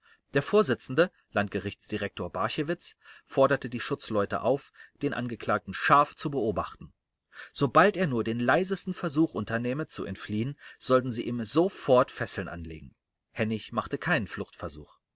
der vorsitzende landgerichtsdirektor barchewitz forderte die schutzleute auf den angeklagten scharf zu beobachten sobald er nur den leisesten versuch unternähme zu entfliehen sollten sie ihm sofort fesseln anlegen hennig machte keinen fluchtversuch